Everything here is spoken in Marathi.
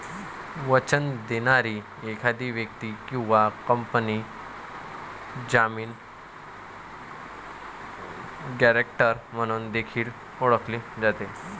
वचन देणारी एखादी व्यक्ती किंवा कंपनी जामीन, गॅरेंटर म्हणून देखील ओळखली जाते